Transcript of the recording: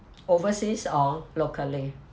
overseas or locally